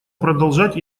продолжать